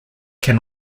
can